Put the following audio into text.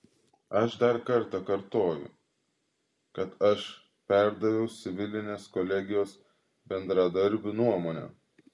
aš dar kartą kartoju kad aš perdaviau civilinės kolegijos bendradarbių nuomonę